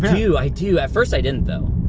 but do, i do. at first i didn't though.